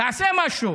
תעשה משהו.